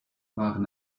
waren